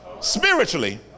spiritually